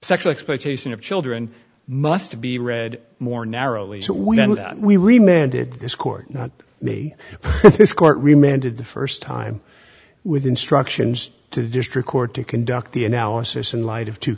sexual exploitation of children must be read more narrowly so when we remain did this court not the court reminded the first time with instructions to the district court to conduct the analysis in light of two